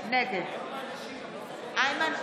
נגד איימן עודה,